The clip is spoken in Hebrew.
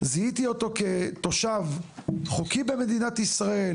זיהיתי אותו כתושב חוקי במדינת ישראל,